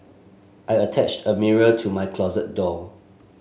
I attached a mirror to my closet door